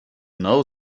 know